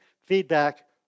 feedback